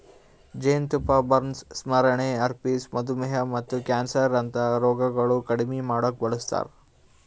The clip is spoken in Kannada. ಜೇನತುಪ್ಪ ಬರ್ನ್ಸ್, ಸ್ಮರಣೆ, ಹರ್ಪಿಸ್, ಮಧುಮೇಹ ಮತ್ತ ಕ್ಯಾನ್ಸರ್ ಅಂತಾ ರೋಗಗೊಳ್ ಕಡಿಮಿ ಮಾಡುಕ್ ಬಳಸ್ತಾರ್